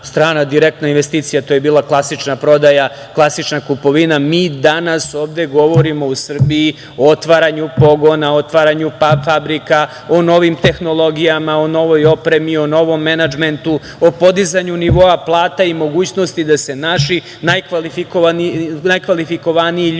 strana direktna investicija, to je bila klasična prodaja, klasična kupovina. Mi danas ovde govorimo o Srbiji o otvaranju pogona, o otvaranju fabrika, o novim tehnologijama, o novoj opremi, o novom menadžmentu, o podizanju nivoa plata i mogućnosti da se naši najkvalifikovaniji ljudi,